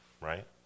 right